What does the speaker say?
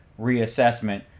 reassessment